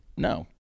No